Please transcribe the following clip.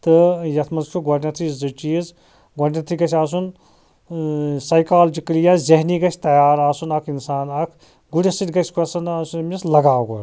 تہٕ یتھ مَنٛز چھُ گۄڈنٮ۪تھے زٕ چیٖز گۄڈنٮ۪تھے گَژھِ آسُن سایکالجِکلی یا ذہنی گَژھِ تیار آسُن اَکھ اِنسان اَکھ گُرِس سۭتۍ گَژھِ آسُن أمِس لگاو گۄڈٕ